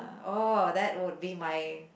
oh that would be my